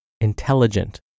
intelligent